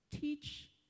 teach